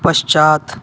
पश्चात्